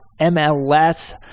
MLS